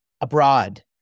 abroad